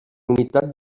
unitat